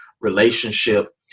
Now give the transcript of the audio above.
relationship